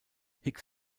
hicks